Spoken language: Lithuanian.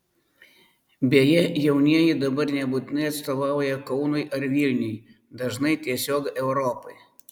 beje jaunieji dabar nebūtinai atstovauja kaunui ar vilniui dažnai tiesiog europai